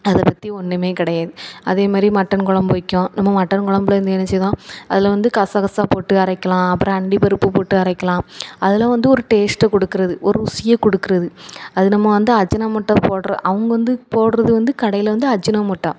அதை பற்றி ஒன்னும் கிடையாது அதே மாதிரி மட்டன் கொழம்பு வைக்கோம் நம்ம மட்டன் கொழம்புலேர்ந்து என்ன செய்தோம் அதில் வந்து காசக்கசா போட்டு அரைக்கலாம் அப்புறம் அண்டி பருப்பு போட்டு அரைக்கலாம் அதெல்லாம் வந்து ஒரு டேஸ்ட்டை கொடுக்குறது ஒரு ருசியை கொடுக்குறது அது நம்ம வந்து அஜினோமோட்டா போடுற அவங்க வந்து போடுறது வந்து கடையில் வந்து அஜினோமோட்டா